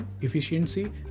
efficiency